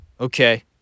Okay